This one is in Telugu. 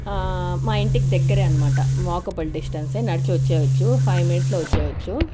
మా ఇంటికి దగ్గర అన్నమాట వాకబుల్ డిస్టన్స్యే నడిచి వచ్చేయచ్చు ఫైవ్ మినిట్స్లో వచ్చేయచ్చు